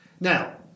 Now